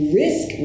risk